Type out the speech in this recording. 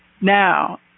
Now